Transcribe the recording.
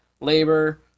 Labor